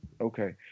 Okay